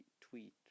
tweet